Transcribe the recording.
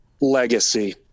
legacy